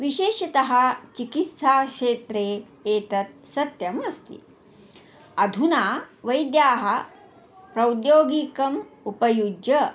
विशेषतः चिकित्साक्षेत्रे एतत् सत्यम् अस्ति अधुना वैद्याः प्रौद्योगिकम् उपयुज्य